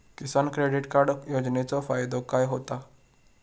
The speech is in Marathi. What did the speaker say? किसान क्रेडिट कार्ड योजनेचो फायदो काय होता?